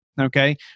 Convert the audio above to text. okay